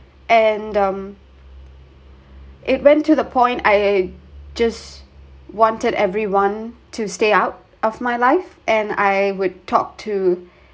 and um it went to the point I just wanted everyone to stay out of my life and I would talk to